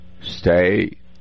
stay